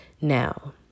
Now